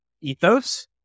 ethos